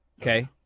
Okay